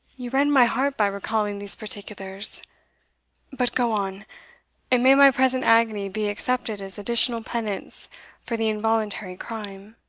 you rend my heart by recalling these particulars but go on and may my present agony be accepted as additional penance for the involuntary crime!